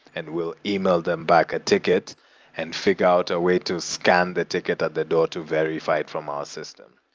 and we'll email them back a ticket and figure out a way to scan the ticket at the door to verify it from our system.